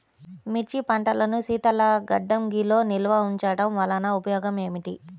మిర్చి పంటను శీతల గిడ్డంగిలో నిల్వ ఉంచటం వలన ఉపయోగం ఏమిటి?